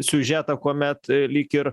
siužetą kuomet lyg ir